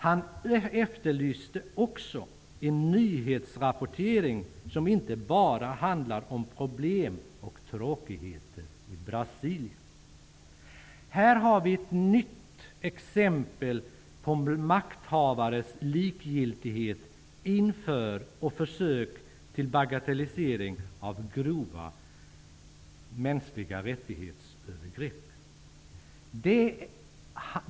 Han efterlyste också en nyhetsrapportering som inte bara handlar om problem och tråkigheter i Här har vi ett nytt exempel på makthavares likgiltighet inför och försök till bagatellisering av grova övergrepp på mänskliga rättigheter.